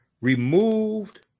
removed